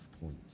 point